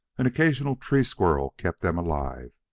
an occasional tree-squirrel kept them alive.